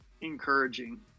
encouraging